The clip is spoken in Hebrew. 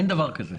אין, אין דבר כזה.